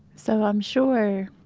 so, i'm sure